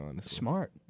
smart